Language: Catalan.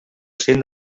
cent